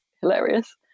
hilarious